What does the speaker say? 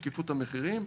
שקיפות המחירים,